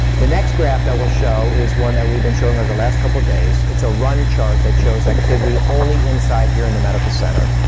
the next graph that we'll show is one that we've been showing over the last couple of days. it's a run chart that shows activity only inside here in the medical center.